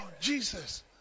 Jesus